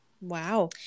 Wow